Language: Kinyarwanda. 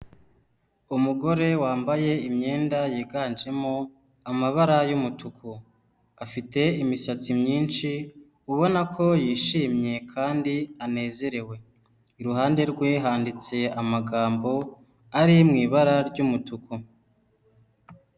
Umugore wambaye imyenda yiganjemo amabara y'umutuku, afite imisatsi myinshi ubona ko yishimye kandi anezerewe, iruhande rwe handitse amagambo ari mu ibara ry'umutuku.